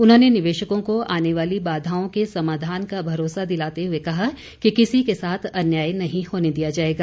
उन्होंने निवेशकों को आने वाली बाधाओं के समाधान का भरोसा दिलाते हुए कहा कि किसी के साथ अन्याय नहीं होने दिया जाएगा